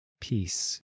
Peace